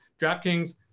DraftKings